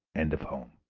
and of home.